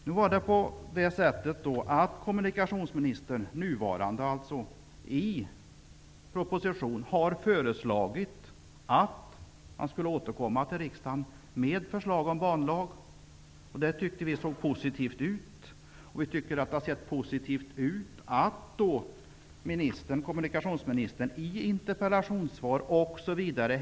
Nuvarande kommunikationsminister har i en proposition föreslagit att han skall återkomma till riksdagen med ett förslag om banlag. Detta tyckte vi socialdemokrater lät positivt. Det är positivt att kommunikationsministern i interpellationssvar etc.